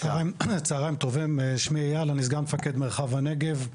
צוהריים טובים, שמי אייל, אני סגן מפקד מרחב הנגב,